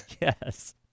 Yes